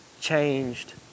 changed